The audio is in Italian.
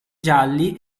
gialli